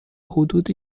حدودی